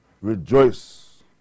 rejoice